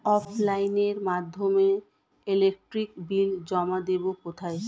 অফলাইনে এর মাধ্যমে ইলেকট্রিক বিল জমা দেবো কোথায়?